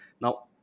Now